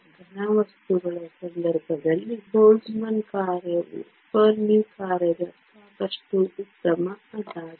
ಘನವಸ್ತುಗಳ ಸಂದರ್ಭದಲ್ಲಿ ಬೋಲ್ಟ್ಜ್ಮನ್ ಕಾರ್ಯವು ಫೆರ್ಮಿ ಕಾರ್ಯದ ಸಾಕಷ್ಟು ಉತ್ತಮ ಅಂದಾಜು